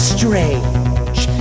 Strange